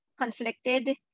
conflicted